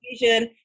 vision